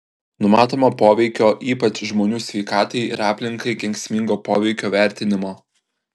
numatomo poveikio ypač žmonių sveikatai ir aplinkai kenksmingo poveikio vertinimo